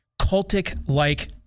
cultic-like